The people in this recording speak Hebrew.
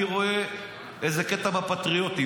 אתמול אני רואה איזה קטע בפטריוטים.